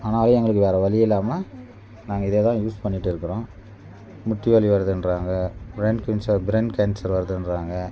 ஆனாலும் எங்களுக்கு வேறு வழியே இல்லாமல் நாங்கள் இதேதான் யூஸ் பண்ணிகிட்டு இருக்கிறோம் முட்டி வலி வருதுகிறாங்க பிரைன் கேன்சர் வருதுகிறாங்க